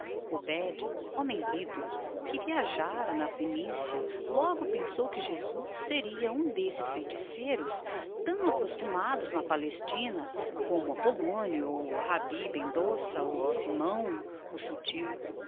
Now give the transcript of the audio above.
obed homem lido que viajara na fenícia logo pensou que jesus seria um desses feiticeiros tão costumados na palestina como apolónio ou rabi ben dossa ou simão o subtil